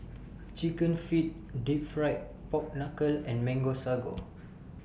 Chicken Feet Deep Fried Pork Knuckle and Mango Sago